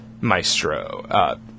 maestro